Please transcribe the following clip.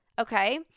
okay